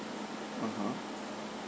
(uh huh)